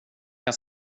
kan